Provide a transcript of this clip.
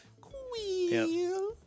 Queen